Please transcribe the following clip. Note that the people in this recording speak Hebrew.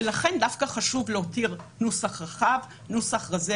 ולכן דווקא חשוב להותיר נוסח רחב ורזה,